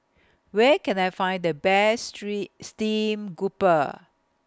Where Can I Find The Best Street Stream Grouper